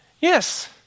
Yes